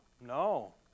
No